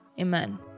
amen